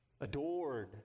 adored